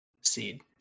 seed